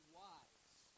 wise